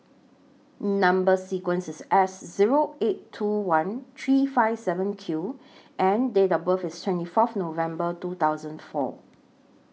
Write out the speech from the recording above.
Number sequence IS S Zero eight two one three five seven Q and Date of birth IS twenty forth November two thousand four